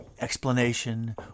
explanation